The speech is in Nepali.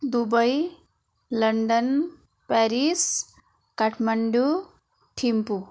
Dubai London Paris Kathmandu Thimphu